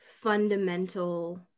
fundamental